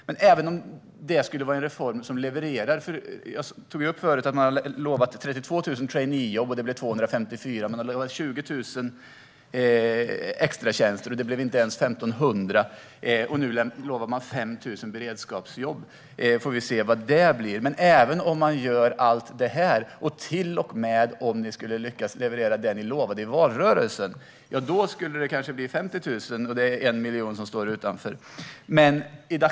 Jag tog tidigare upp att man har lovat 32 000 traineejobb, och det blev 254. Man har lovat 20 000 extratjänster, och det blev inte ens 1 500. Nu lovar man 5 000 beredskapsjobb. Vi får se vad det blir av det. Även om man skulle göra allt det, till och med om regeringen skulle lyckas leverera det man lovade i valrörelsen, skulle det bli kanske 50 000 jobb; det är 1 miljon som står utanför arbetsmarknaden.